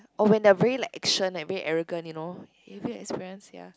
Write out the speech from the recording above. oh when they're very like action like a bit arrogant you know have you experience ya